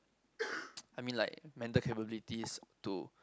I mean like mental capabilities to